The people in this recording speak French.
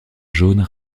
jaunes